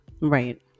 right